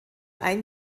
ein